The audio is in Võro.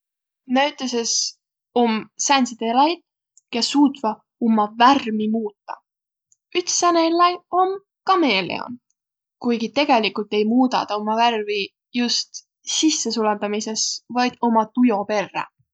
Näütüses om sääntsit eläjit, kes suutvaq umma värmi muutaq. Üts sääne elläi om kameeleon. Kuiki tegeligult ei muudaq tä umma värvi just sissesulatamisõs, vaid uma tujo perrä.